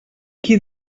qui